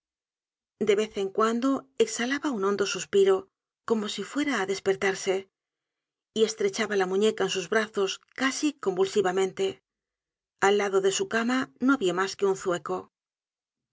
de vez en cuando exhalaba un hondo suspiro como si fuese á despertarse y estrechaba la muñeca en sus brazos casi convulsivamente al lado de su cama no habia mas que un zueco